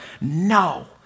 No